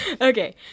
Okay